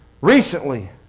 recently